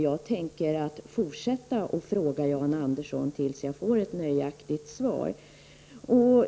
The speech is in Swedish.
Jag tänker därför fortsätta att fråga Jan Andersson tills jag får ett nöjaktigt svar.